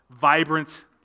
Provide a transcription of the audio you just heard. vibrant